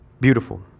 beautiful